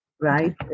Right